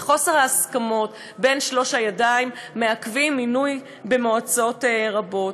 וחוסר ההסכמות בין שלוש הידיים מעכב מינוי במועצות רבות.